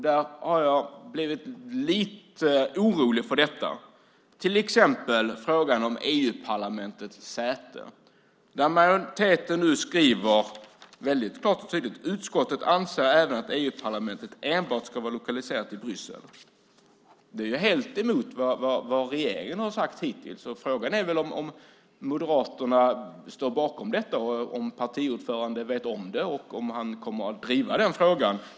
Där har jag blivit lite orolig. Till exempel gäller det då frågan om EU-parlamentets säte. Majoriteten skriver väldigt klart och tydligt: Utskottet anser även att EU-parlamentet enbart ska vara lokaliserat till Bryssel. Det är ju helt emot vad regeringen har sagt hittills. Frågan är om Moderaterna står bakom detta, om partiordföranden vet om det och om han kommer att driva frågan.